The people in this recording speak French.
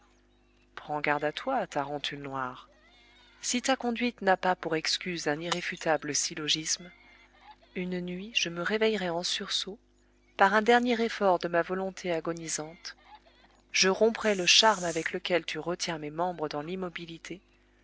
prends garde à toi tarentule noire si ta conduite n'a pas pour excuse un irréfutable syllogisme une nuit je me réveillerai en sursaut par un dernier effort de ma volonté agonisante je romprai le charme avec lequel tu retiens mes membres dans l'immobilité